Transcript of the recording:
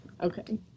Okay